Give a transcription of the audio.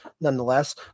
nonetheless